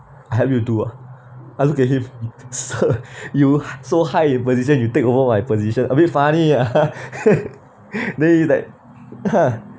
I help you do ah I look at him sir you so high you position you take over my position a bit funny ah then he's like !huh!